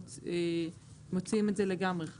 מוציאים את זה לגמרי,